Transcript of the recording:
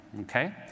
Okay